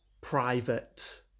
private